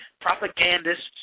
propagandists